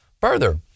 Further